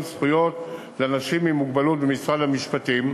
זכויות לאנשים עם מוגבלות במשרד המשפטים.